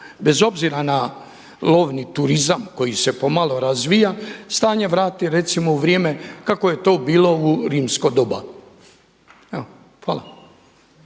bez obzira na lovni turizam koji se pomalo razvija stanje vrati recimo u vrijeme kako je to bilo u rimsko doba. Evo